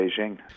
Beijing